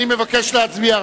אני מבקש להצביע.